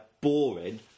boring